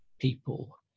people